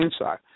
inside